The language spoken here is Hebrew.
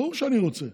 ברור שאני רוצה.